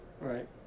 Right